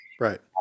right